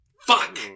Fuck